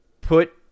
put